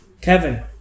Kevin